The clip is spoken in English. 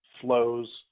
flows